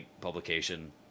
publication